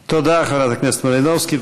תודה, חברת הכנסת מלינובסקי.